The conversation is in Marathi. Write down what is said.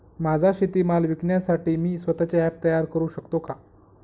माझा शेतीमाल विकण्यासाठी मी स्वत:चे ॲप तयार करु शकतो का?